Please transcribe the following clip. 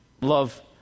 love